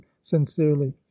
sincerely